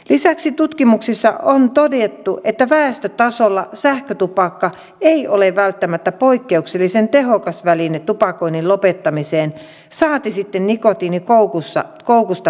lisäksi tutkimuksissa on todettu että väestötasolla sähkötupakka ei ole välttämättä poikkeuksellisen tehokas väline tupakoinnin lopettamiseen saati sitten nikotiinikoukusta pääsemiseen